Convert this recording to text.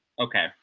Okay